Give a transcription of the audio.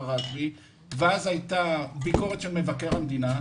הרשב"י ואז הייתה ביקורת של מבקר המדינה.